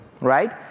right